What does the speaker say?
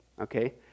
Okay